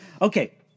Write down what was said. Okay